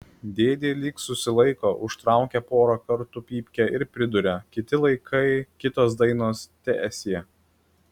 dėdė lyg susilaiko užtraukia porą kartų pypkę ir priduria kiti laikai kitos dainos teesie